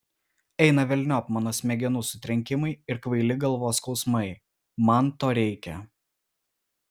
eina velniop mano smegenų sutrenkimai ir kvaili galvos skausmai man to reikia